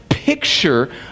picture